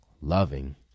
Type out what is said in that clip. loving